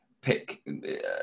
pick